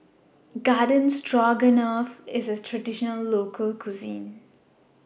Garden Stroganoff IS A Traditional Local Cuisine